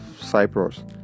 Cyprus